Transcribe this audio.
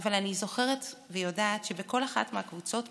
אבל אני זוכרת ויודעת שבכל אחת מהקבוצות,